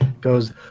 goes